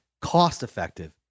cost-effective